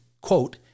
quote